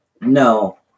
No